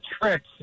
tricks